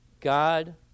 God